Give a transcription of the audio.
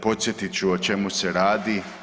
Podsjetit ću o čemu se radi.